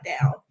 down